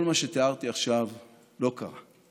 כל מה שתיארתי עכשיו לא קרה.